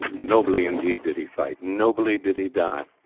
nobly, indeed, did he fight nobly did he die,